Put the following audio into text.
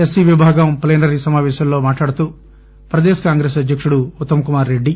SP విభాగం plenary సమావేశంలో మాట్లాడుతూ ప్రదేశ్ కాంగ్రెస్ కమిటీ అధ్యకుడు ఉత్తమ్ కుమార్ రెడ్డి